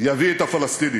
יביא את הפלסטינים.